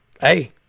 hey